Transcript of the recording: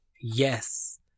Yes